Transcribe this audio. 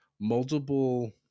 multiple